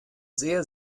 sehr